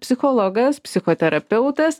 psichologas psichoterapeutas